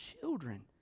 Children